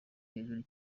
hejuru